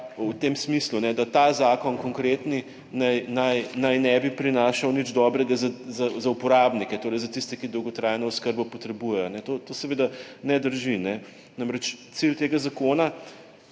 v tem smislu, da ta zakon, konkretni, naj ne bi prinašal nič dobrega za uporabnike, torej za tiste, ki dolgotrajno oskrbo potrebujejo. To seveda ne drži. Namreč, cilj tega zakona